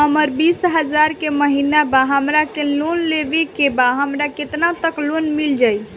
हमर बिस हजार के महिना बा हमरा के लोन लेबे के बा हमरा केतना तक लोन मिल जाई?